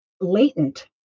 latent